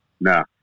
No